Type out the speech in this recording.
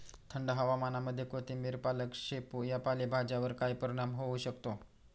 थंड हवामानामध्ये कोथिंबिर, पालक, शेपू या पालेभाज्यांवर काय परिणाम होऊ शकतो?